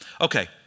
Okay